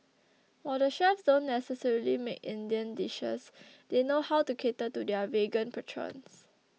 while the chefs don't necessarily make Indian dishes they know how to cater to their vegan patrons